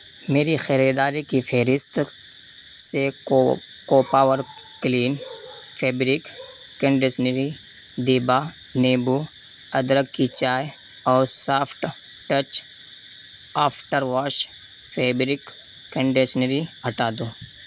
میری خریداری کی فہرست سے کو کوپاور کلین فیبرک کنڈیشنری دیبا نیمبو ادرک کی چائے اور soft touch after wash fabric conditioner ہٹا دو